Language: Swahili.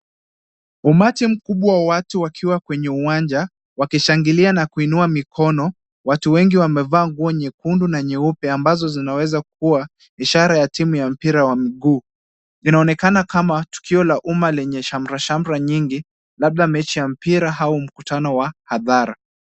Umati mkubwa wa watu wakiwa kwenye uwanja, ukishangilia na kuinua mikono, watu wengi wamevaa nguo nyekundu na nyeupe ambazo zinaweza kuwa ishara ya timu ya mpira wa miguu. Inaonekana kama tukio la uma lenye shamra shamra nyingi ,labda mechi ya mpira au mkutano wa hadhara.